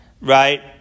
right